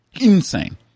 Insane